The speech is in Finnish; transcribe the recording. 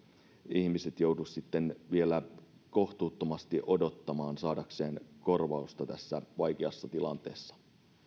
ihmiset joudu sitten vielä kohtuuttomasti odottamaan saadakseen korvausta tässä vaikeassa tilanteessa